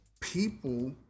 People